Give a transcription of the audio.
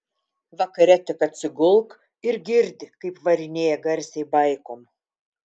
vakare tik atsigulk ir girdi kaip varinėja garsiai baikom